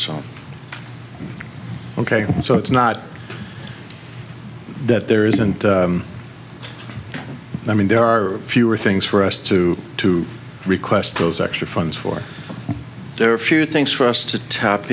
so ok so it's not that there isn't i mean there are fewer things for us to to request those extra funds for there are a few things for us to tap